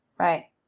Right